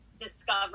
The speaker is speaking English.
discover